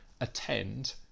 attend